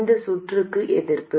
இந்த சுற்றுக்கு எதிர்ப்பு